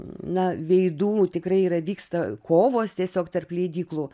na veidų tikrai yra vyksta kovos tiesiog tarp leidyklų